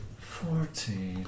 Fourteen